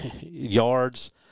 Yards